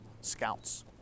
scouts